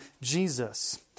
Jesus